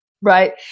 right